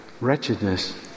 wretchedness